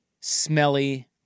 smelly